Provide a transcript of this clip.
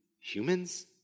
humans